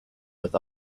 with